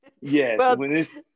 Yes